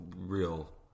real